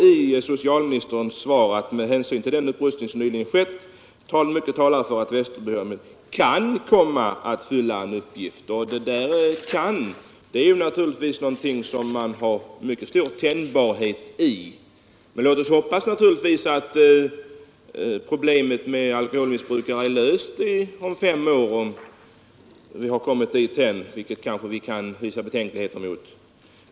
I socialministerns svar står: ”Med hänsyn till den upprustning som nyligen skett är det mycket som talar för att Västerbyhemmet kan komma att fylla en uppgift även på längre sikt.” Det där ordet ”kan” är ju mycket tänjbart. Vi hoppas naturligtvis alla att vi om fem år har kommit dithän, att problemet med alkoholmissbrukare är löst — något som dock förefaller osannolikt.